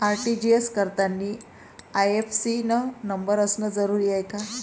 RTGS करतांनी IFSC न number असनं जरुरीच हाय का?